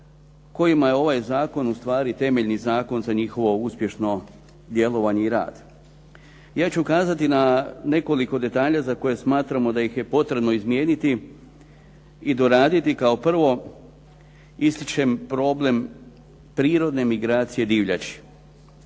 kojima je ovaj zakon ustvari temeljni zakon za njihovo uspješno djelovanje i rad. Ja ću ukazati za nekoliko detalja za koje smatramo da ih je potrebno izmijeniti i doraditi. Kao prvo ističem problem prirodne migracije divljači.